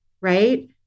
right